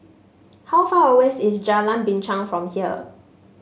how far away is Jalan Binchang from here